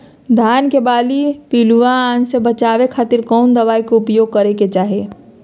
धान के बाली पिल्लूआन से बचावे खातिर कौन दवाई के उपयोग करे के चाही?